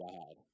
God